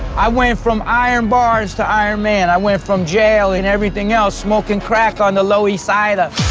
i went from iron bars to iron man, i went from jail and everything else, smoking crack on the lower east side. that's